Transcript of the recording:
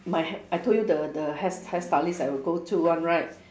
my hai~ I told you the the hair hair stylist that I will go to one right